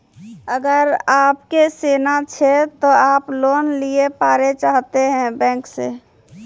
अगर आप के सोना छै ते आप लोन लिए पारे चाहते हैं बैंक से?